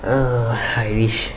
uh I wish